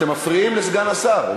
אתם מפריעים לסגן השר.